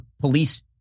police